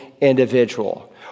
individual